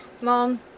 mom